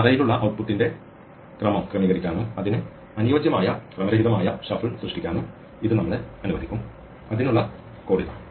അറേയിലുള്ള ഔട്ട്പുട്ടിന്റെ ക്രമം ക്രമീകരിക്കാനും അതിന് അനുയോജ്യമായ ക്രമരഹിതമായ ഷഫിൾ സൃഷ്ടിക്കാനും ഇത് നമ്മളെ അനുവദിക്കും അതിനുള്ള കോഡ് ഇതാ